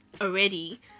already